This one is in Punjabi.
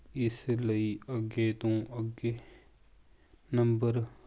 ਇਸ ਲਈ ਅੱਗੇ ਤੋਂ ਅੱਗੇ ਨੰਬਰ